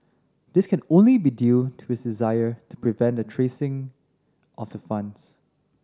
this can only be due to his desire to prevent the tracing of the funds